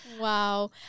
wow